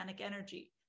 energy